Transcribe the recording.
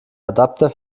adapter